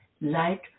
light